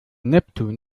neptun